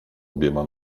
obiema